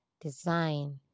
design